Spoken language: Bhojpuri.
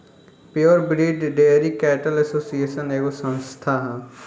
pure breed dairy cattle association एगो संस्था ह